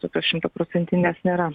tokios šimtaprocentinės nėra